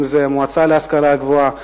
אם זה המועצה להשכלה גבוהה,